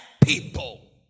people